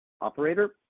Operator